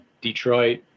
Detroit